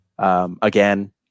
Again